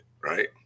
right